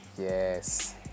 yes